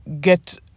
get